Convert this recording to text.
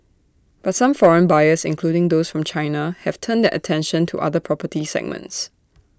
but some foreign buyers including those from China have turned their attention to other property segments